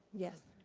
yes.